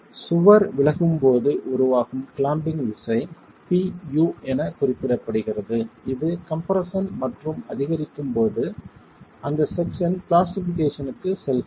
சுவர் விலகும் போது உருவாகும் கிளாம்பிங் விசை Pu என குறிப்பிடப்படுகிறது இது கம்ப்ரெஸ்ஸன் மற்றும் அதிகரிக்கும் போது அந்த செக்சன் பிளாஸ்டிஃபிகேஷன்க்கு செல்கிறது